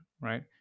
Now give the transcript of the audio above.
right